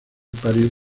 parís